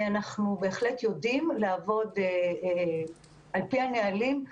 אנחנו בהחלט יודעים לעבוד על פי הנהלים.